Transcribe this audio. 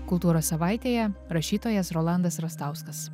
kultūros savaitėje rašytojas rolandas rastauskas